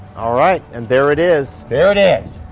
all right, and there it is. there it is.